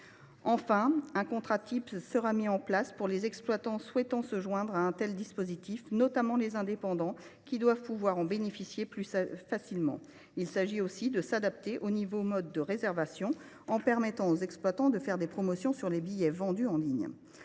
Enfin, un contrat type sera mis en place pour les exploitants souhaitant se joindre à un tel dispositif, notamment les indépendants qui doivent pouvoir en bénéficier plus facilement. Il s’agit aussi de s’adapter aux nouveaux modes de réservation en permettant aux exploitants de faire des promotions sur les billets vendus en ligne.